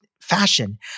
fashion